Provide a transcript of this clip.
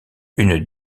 une